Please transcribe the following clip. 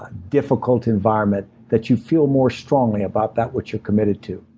ah difficult environment that you feel more strongly about that which you're committed to.